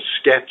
sketch